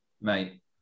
Mate